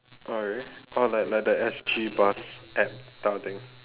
oh really like that that S_G bus app type of thing